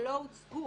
ולא הוצגו.